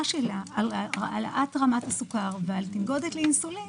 שלה על העלאת רמת הסוכר ועל תנגודת לאינסולין